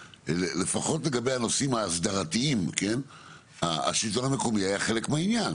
לפחות לגבי הנושאים ההסדרתיים השלטון המקומי היה חלק מהעניין.